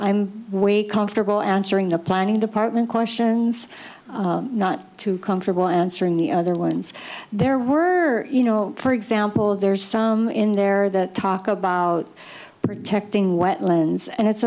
way confortable answering the planning department questions not too comfortable answering the other ones there were you know for example there's some in there that talk about protecting wetlands and it's